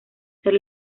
ser